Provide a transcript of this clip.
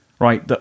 right